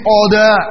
order